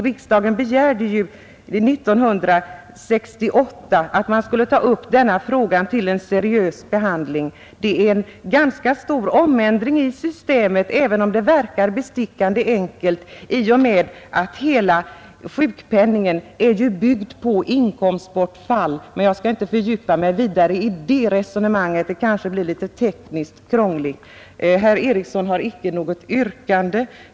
Riksdagen begärde ju 1968 att man skulle ta upp denna fråga till seriös behandling. Det är en ganska stor omändring i systemet som krävs — även om det verkar bestickande enkelt att införa en sådan ändring — eftersom hela sjukpenningsystemet är byggt på principen om inkomstbortfall. Men jag skall inte fördjupa mig vidare i detta resonemang — det kanske blir litet tekniskt krångligt. Herr Eriksson hade icke något yrkande.